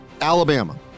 Alabama